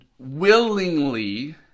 willingly